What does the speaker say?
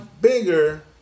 bigger